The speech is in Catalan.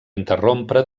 interrompre